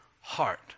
heart